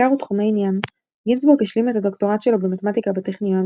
מחקר ותחומי עניין גינזבורג השלים את הדוקטורט שלו במתמטיקה בטכניון,